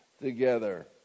together